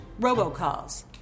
robocalls